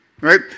Right